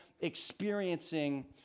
experiencing